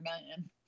million